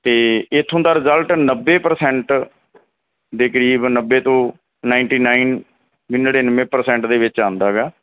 ਅਤੇ ਇੱਥੋਂ ਦਾ ਰਿਜ਼ਲਟ ਨੱਬੇ ਪਰਸੈਂਟ ਦੇ ਕਰੀਬ ਨੱਬੇ ਤੋਂ ਨਾਇੰਟੀ ਨਾਇਨ ਜੀ ਨੜਿੰਨਵੇਂ ਪਰਸੈਂਟ ਦੇ ਵਿੱਚ ਆਉਂਦਾ ਗਾ